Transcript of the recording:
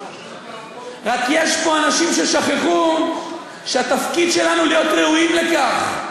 רק יש פה אנשים ששכחו שהתפקיד שלנו להיות ראויים לכך,